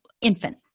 infant